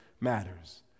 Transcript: matters